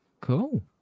Cool